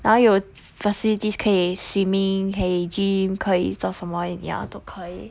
然后有 facilities 可以 swimming 可以 gym 可以做什么你要都可以